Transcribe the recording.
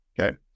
Okay